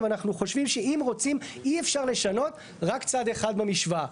אבל אנחנו חושבים שאם רוצים אי אפשר לשנות רק צד אחד במשוואה.